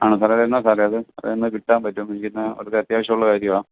ആണോ സാറേ അത് എന്നാൽ സാറേ അത് അത് എന്ന് കിട്ടാന് പറ്റും എനിക്ക് ഇന്ന് വളരെ അത്യാവശ്യം ഉള്ള കാര്യമാ